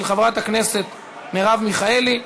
של חברת הכנסת מרב מיכאלי,